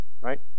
right